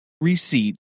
receipt